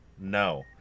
No